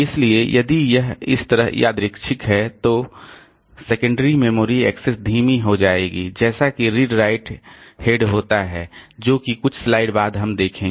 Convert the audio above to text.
इसलिए यदि यह इस तरह यादृच्छिक है तो सेकेंडरी मेमोरी एक्सेस धीमी हो जाएगी जैसा कि रीड राइट हेड होता है जोकि कुछ स्लाइड बाद हम देखेंगे